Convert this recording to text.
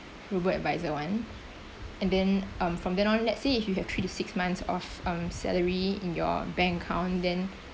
robo adviser one and then um from then on let's say if you have three to six months of um salary in your bank account then